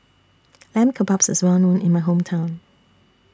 Lamb Kebabs IS Well known in My Hometown